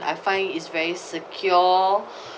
I find it's very secure